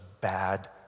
bad